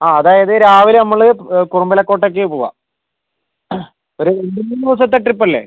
ആ അതായത് രാവിലെ നമ്മൾ കുറുമ്പലക്കോട്ടയ്ക്ക് പോവാം ഒരു മൂന്ന് ദിവസത്തെ ട്രിപ്പല്ലേ